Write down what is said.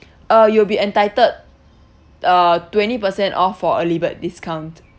uh you will be entitled uh twenty percent off for early bird discount